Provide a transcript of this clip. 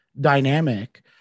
dynamic